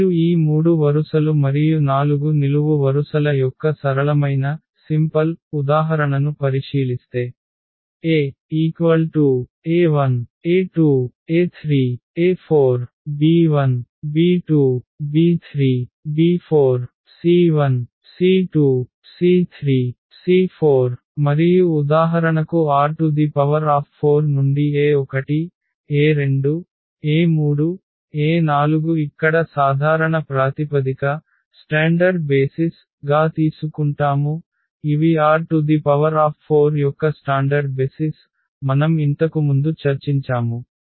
మీరు ఈ 3 వరుసలు మరియు 4 నిలువు వరుసల యొక్క సరళమైన ఉదాహరణను పరిశీలిస్తే A a1 a2 a3 a4 b1 b2 b3 b4 c1 c2 c3 c4 మరియు ఉదాహరణకు R4 నుండి e1e2e3 e4 ఇక్కడ సాధారణ ప్రాతిపదిక గా తీసుకుంటాము ఇవి R4 యొక్క స్టాండర్డ్ బెసిస్ మనం ఇంతకుముందు చర్చించాము